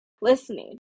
listening